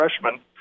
freshman